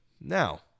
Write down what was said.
Now